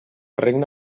regne